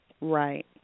Right